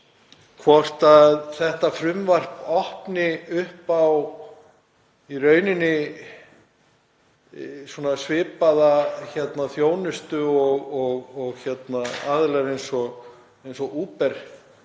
hvort að þetta frumvarp opni á í rauninni svipaða þjónustu og aðilar eins og Uber